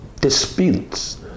disputes